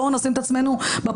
בואו נשים את עצמנו בפרופורציות,.